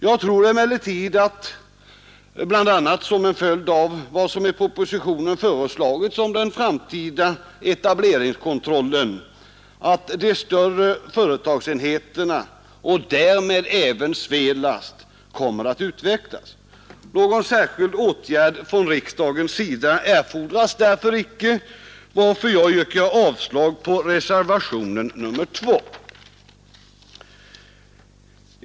Jag tror emellertid, bl.a. som en följd av vad som i propositionen föreslås om den framtida etableringskontrollen, att de större företagsenheterna och därmed även Svelast kommer att utvecklas. Någon särskild åtgärd från riksdagens sida erfordras därför inte, varför jag yrkar avslag på reservationen 2.